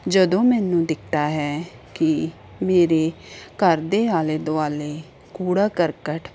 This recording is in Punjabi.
ਜਦੋਂ ਮੈਨੂੰ ਦਿਖਦਾ ਹੈ ਕਿ ਮੇਰੇ ਘਰ ਦੇ ਆਲੇ ਦੁਆਲੇ ਕੂੜਾ ਕਰਕਟ